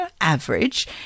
average